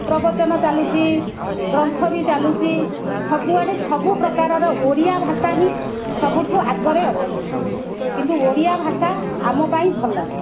ପ୍ରବଚନ ଚାଲୁଛି ଗ୍ରନ୍ଥ ବି ଚାଲୁଛି ସବୁଆଡ଼େ ସବୁ ପ୍ରକାରର ଓଡ଼ିଆ ଭାଷା ହିଁ ସବୁଠୁ ଆଗରେ ଅଛି କିନ୍ତୁ ଓଡ଼ିଆଭାଷା ଆମ ପାଇଁ ଭଲ